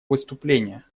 выступления